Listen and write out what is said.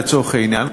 לצורך העניין,